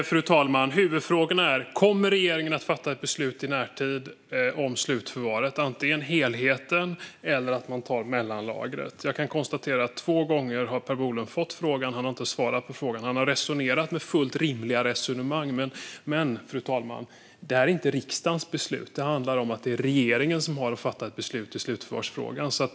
Fru talman! Huvudfrågorna är: Kommer regeringen att i närtid fatta ett beslut om slutförvaret, antingen om helheten eller om mellanlagret? Jag kan konstatera att Per Bolund har fått frågan två gånger men inte svarat på den. Han har resonerat på ett fullt rimligt sätt, fru talman, men detta är inte riksdagens beslut - det handlar om att det är regeringen som har att fatta ett beslut i slutförvarsfrågan.